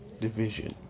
division